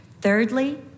Thirdly